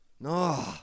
No